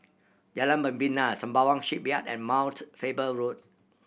Jalan Membina Sembawang Shipyard and Mount Faber Road